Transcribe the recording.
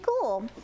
cool